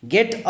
Get